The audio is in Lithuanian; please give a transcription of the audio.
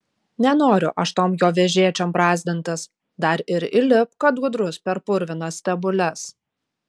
nenoriu aš tom jo vežėčiom brazdintis dar ir įlipk kad gudrus per purvinas stebules